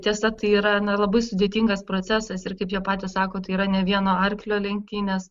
tiesa tai yra labai sudėtingas procesas ir kaip jie patys sako tai yra ne vieno arklio lenktynės